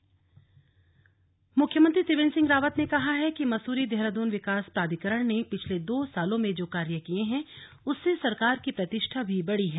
MDDA स्थापना दिवस मुख्यमंत्री त्रिवेंद्र सिंह रावत ने कहा है कि मसूरी देहरादून विकास प्राधिकरण ने पिछले दो सालों में जो कार्य किये हैं उससे सरकार की प्रतिष्ठा भी बढ़ी है